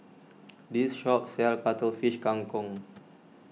this shop sells Cuttlefish Kang Kong